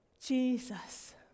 Jesus